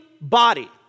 body